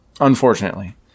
unfortunately